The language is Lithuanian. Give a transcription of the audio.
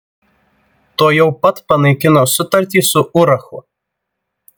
tuojau pat panaikino sutartį su urachu